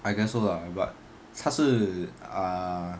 I guess so lah but 他是 ah